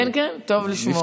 כן, כן, טוב לשמוע.